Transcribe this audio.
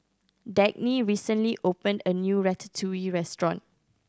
Dagny recently opened a new Ratatouille Restaurant